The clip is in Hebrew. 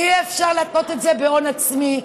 אי-אפשר להתנות את זה בהון עצמי.